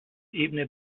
ebene